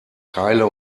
teile